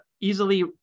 easily